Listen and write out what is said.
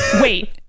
wait